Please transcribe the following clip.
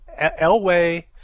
Elway